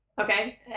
Okay